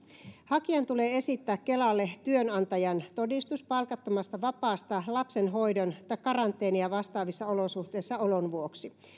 hakijan tulee esittää kelalle työnantajan todistus palkattomasta vapaasta lapsen hoidon tai karanteenia vastaavissa olosuhteissa olon vuoksi